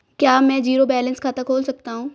क्या मैं zero balance खाता खोल सकता हूँ?